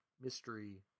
mystery